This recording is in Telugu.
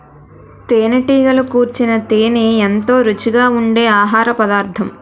తేనెటీగలు కూర్చిన తేనే ఎంతో రుచిగా ఉండె ఆహారపదార్థం